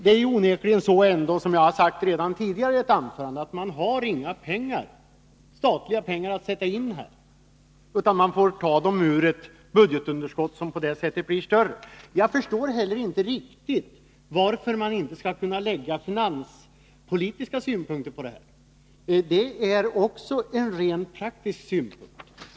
Som jag har sagt redan tidigare är det onekligen så att man inte har några statliga pengar att sätta in utan får ta dem ur ett budgetunderskott som på det sättet blir större. Jag förstår inte heller riktigt varför man inte skulle kunna anlägga finanspolitiska synpunkter på detta. Det är också rent praktiska synpunkter.